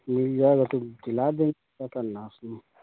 मिल जाएगा तो दिला देंगे क्या करना है उसमें